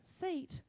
seat